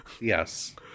Yes